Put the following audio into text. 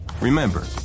Remember